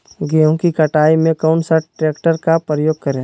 गेंहू की कटाई में कौन सा ट्रैक्टर का प्रयोग करें?